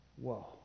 Whoa